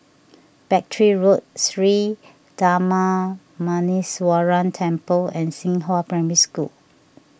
Battery Road Sri Darma Muneeswaran Temple and Xinghua Primary School